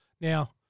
Now